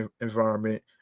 environment